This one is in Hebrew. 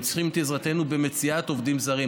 הם צריכים את עזרתנו במציאת עובדים זרים.